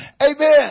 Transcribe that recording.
amen